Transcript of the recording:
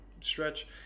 stretch